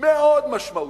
מאוד משמעותי,